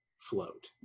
Float